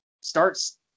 starts